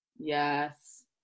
Yes